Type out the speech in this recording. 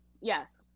yes